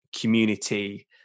community